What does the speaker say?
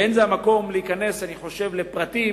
ולא זה המקום להיכנס, אני חושב, לפרטים